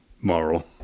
moral